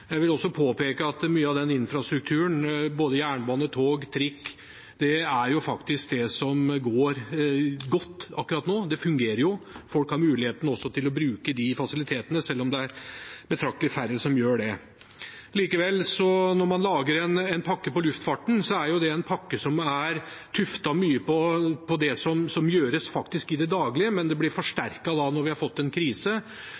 Jeg vil også påpeke at mye av den infrastrukturen – både jernbane, tog og trikk – faktisk er det som går godt akkurat nå, det fungerer jo. Folk har muligheten til å bruke de fasilitetene, selv om det er betraktelig færre som gjør det. Likevel, når man lager en pakke for luftfarten, er det en pakke som i stor grad er tuftet på det som gjøres i det daglige, men det blir